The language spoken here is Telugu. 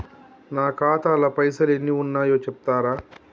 నా ఖాతా లా పైసల్ ఎన్ని ఉన్నాయో చెప్తరా?